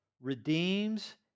redeems